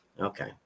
Okay